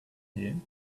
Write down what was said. him